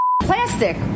plastic